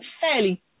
fairly